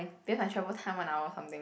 because my travel time one hour something